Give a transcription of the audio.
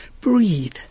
breathe